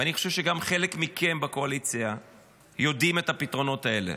ואני חושב שגם חלק מכם בקואליציה יודעים את הפתרונות האלה: